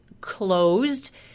Closed